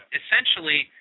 essentially